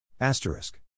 Asterisk